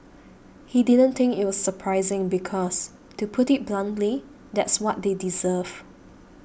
he didn't think it was surprising because to put it bluntly that's what they deserve